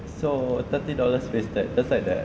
so thirty dollars wasted just like that